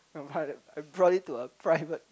I buy it I brought it to a private